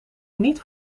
niet